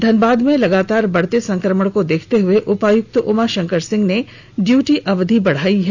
धनबाद में लगातार बढते संक्रमण को देखते हए उपायक्त उमा शंकर सिंह ने ड्यूटी अवधि बढायी है